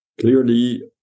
clearly